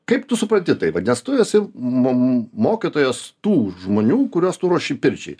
kaip tu supranti tai vat nes tu esi mum mokytojas tų žmonių kuriuos tu ruoši pirčiai